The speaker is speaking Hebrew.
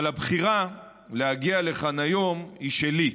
אבל הבחירה להגיע לכאן היום היא שלי,